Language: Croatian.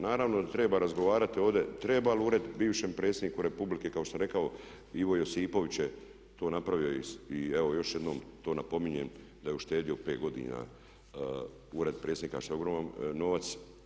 Naravno da treba razgovarati ovdje, treba li ured bivšem predsjedniku Republike kao što sam rekao, Ivo Josipović je to napravio i evo još jednom to napominjem da je uštedio 5 godina ured predsjednika što je ogroman novac.